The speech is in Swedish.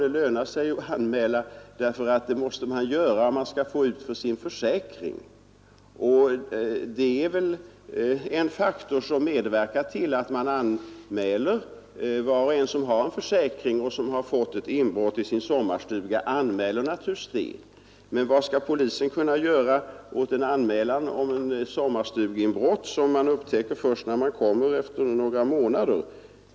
Det lönar sig att anmäla därför att man måste göra det om man skall få ut för sin försäkring. Det är väl en faktor som medverkar. Var och en som har en försäkring och som har fått inbrott i sin sommarstuga anmäler detta. Men vad skall polisen kunna göra åt en anmälan om ett sommarstugeinbrott som man upptäcker först när man kommer efter några månader?